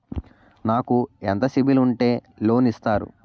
నాకు ఎంత సిబిఐఎల్ ఉంటే లోన్ ఇస్తారు?